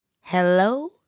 Hello